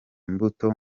mbuto